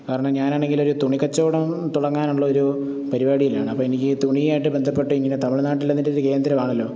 കാരണം ഞാനാണെങ്കിലൊരു തുണിക്കച്ചവടം തുടങ്ങാനുള്ളൊരു പരിപാടിയിലാണ് അപ്പോള് എനിക്ക് തുണിയായിട്ട് ബന്ധപ്പെട്ട് ഇങ്ങനെ തമിഴ്നാട്ടിലിതിൻ്റെ കേന്ദ്രമാണല്ലോ